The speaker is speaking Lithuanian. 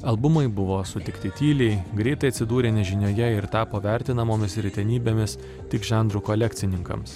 albumai buvo sutikti tyliai greitai atsidūrė nežinioje ir tapo vertinamomis retenybėmis tik žanrų kolekcininkams